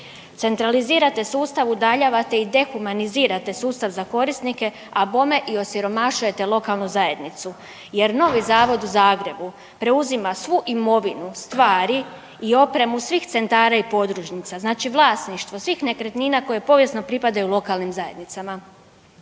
Centralizirate sustav, udaljavate i dehumanizirate sustav za korisnike, a bome i osiromašujete lokalnu zajednicu jer novi Zavod u Zagrebu preuzima svu imovinu, stvari i opremu svih centara i podružnica, znači vlasništvo svih nekretnina koje povijesno pripadaju lokalnim zajednicama.